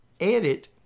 Edit